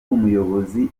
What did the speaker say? umuyobozi